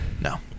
No